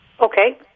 okay